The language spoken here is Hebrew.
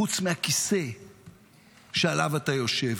חוץ מהכיסא שעליו אתה יושב.